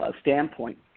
standpoint